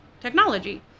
technology